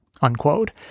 Unquote